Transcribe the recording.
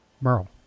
Merle